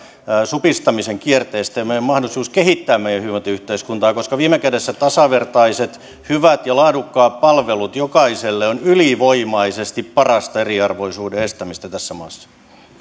supistamisen kierteestä ja meillä on mahdollisuus kehittää meidän hyvinvointiyhteiskuntaamme koska viime kädessä tasavertaiset hyvät ja laadukkaat palvelut jokaiselle on ylivoimaisesti parasta eriarvoisuuden estämistä tässä maassa